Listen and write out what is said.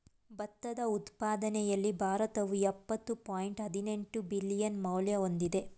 ಭತ್ತದ ಉತ್ಪಾದನೆಯಲ್ಲಿ ಭಾರತವು ಯಪ್ಪತ್ತು ಪಾಯಿಂಟ್ ಹದಿನೆಂಟು ಬಿಲಿಯನ್ ಮೌಲ್ಯ ಹೊಂದಿದೆ